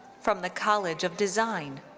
from the college of design,